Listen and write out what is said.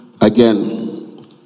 again